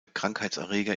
krankheitserreger